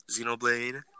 Xenoblade